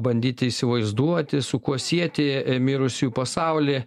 bandyti įsivaizduoti su kuo sieti mirusiųjų pasaulį